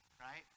right